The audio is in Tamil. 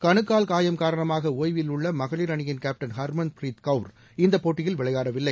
கணுக்கால் காயம் காரணமாக ஓய்வில் உள்ள மகளிர் அணியின் கேப்டன் ஹர்மன் பிரீத் கவுர் இந்த போட்டியில் விளையாடவில்லை